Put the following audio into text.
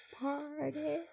party